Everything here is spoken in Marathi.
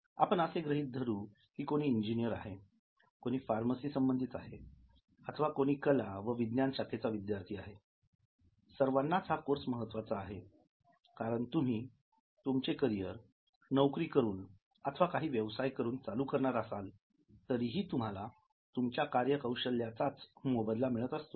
आपण असे गृहीत धरू की कोणी इंजिनिअर आहे कोणी फार्मसी संबंधित आहे अथवा कोणी कला व विज्ञान शाखेचा विद्यार्थी आहे सर्वांनाच हा कोर्स महत्त्वाचा आहे कारण तुम्ही तुमचे करिअर नोकरी करून अथवा काही व्यवसाय करून चालू करणार असाल तरीही तुम्हाला तुमच्या कार्य कौशल्याचाच मोबदला मिळत असतो